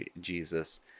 Jesus